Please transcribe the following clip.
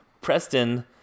Preston